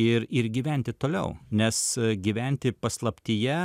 ir ir gyventi toliau nes gyventi paslaptyje